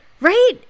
Right